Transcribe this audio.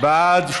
בעד,